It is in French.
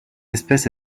espèce